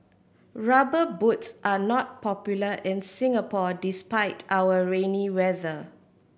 Rubber Boots are not popular in Singapore despite our rainy weather